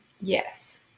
Yes